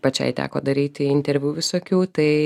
pačiai teko daryti interviu visokių tai